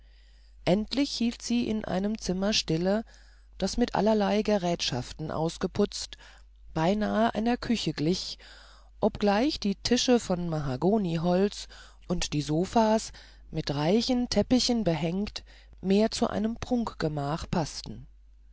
endlich hielt sie in einem zimmer stille das mit allerlei gerätschaften ausgeputzt beinahe einer küche glich obgleich die tische von mahagoniholz und die sofas mit reichen teppichen behängt mehr zu einem prunkgemach paßten